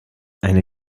eine